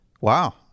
wow